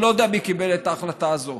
אני לא יודע מי קיבל את ההחלטה הזו.